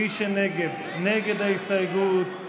מי שנגד נגד ההסתייגות.